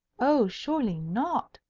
oh, surely not,